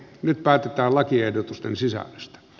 nyt päätetään lakiehdotusten sisällöstä